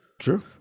True